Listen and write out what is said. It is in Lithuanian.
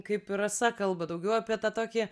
kaip ir rasa kalba daugiau apie tą tokį